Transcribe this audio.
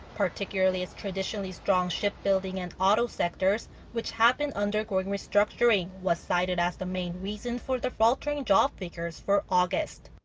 particularly its traditionally strong shipbuilding and auto sectors which have been undergoing restructuring, was cited as the main reason for the faltering job figures for august.